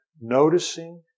noticing